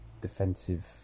defensive